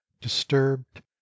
disturbed